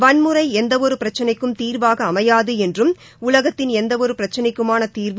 வன்முறை எந்தவொரு பிரச்சினைக்கும் தீர்வாக அமையாது என்றும் உலகத்தின் எந்தவொரு பிரச்சினைக்குமான தீர்வு